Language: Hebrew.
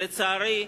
לצערי,